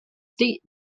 state